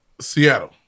Seattle